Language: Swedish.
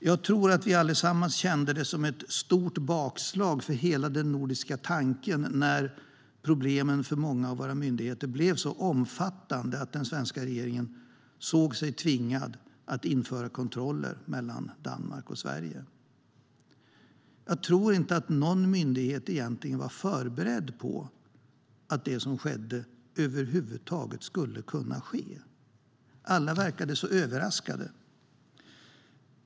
Jag tror att vi alla kände det som ett stort bakslag för hela den nordiska tanken när problemen för många myndigheter blev så omfattande att den svenska regeringen såg sig tvingad att införa kontroller mellan Danmark och Sverige. Jag tror inte att någon myndighet egentligen var förberedd på att det som skedde över huvud taget skulle kunna ske. Alla verkade så överraskade.